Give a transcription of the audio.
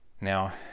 Now